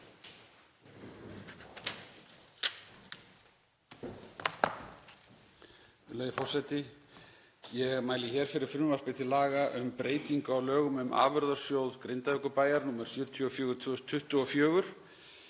Ég mæli hér fyrir frumvarpi til laga um breytingu á lögum um Afurðasjóð Grindavíkurbæjar, nr. 74/2024,